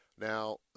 Now